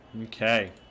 Okay